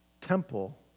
temple